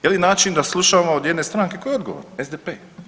Je li način da slušamo od jedne stranke koja je odgovorna, SDP?